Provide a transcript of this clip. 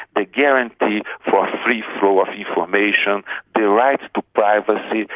a guarantee for free flow of information, the rights to privacy.